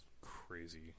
crazy